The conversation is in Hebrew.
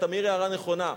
אתה מעיר הערה נכונה,